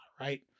Right